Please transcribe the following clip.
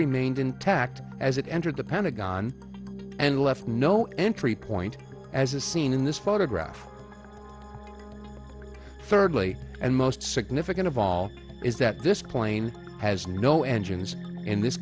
remained intact as it entered the pentagon and left no entry point as a seen in this photograph thirdly and most significant of all is that this plane has no engines in this